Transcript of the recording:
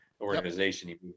organization